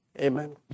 amen